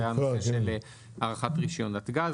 זה הנושא של הארכת רישיון נתג"ז.